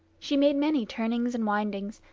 she made many turnings and windings,